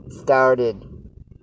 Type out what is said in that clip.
started